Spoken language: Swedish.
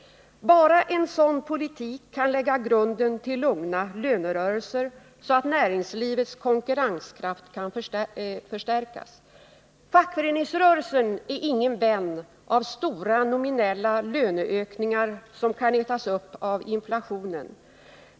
Bara en sådan politik kan lägga grunden till lugna lönerörelser, så att näringslivets konkurrenskraft kan förstärkas. Fackföreningsrörelsen är ingen vän av stora nominella löneökningar som kan ätas upp av inflationen.